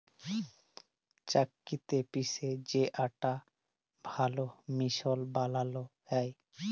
চাক্কিতে পিসে যে আটা ভাল মসৃল বালাল হ্যয়